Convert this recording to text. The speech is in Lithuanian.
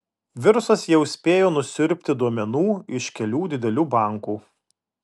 virusas jau spėjo nusiurbti duomenų iš kelių didelių bankų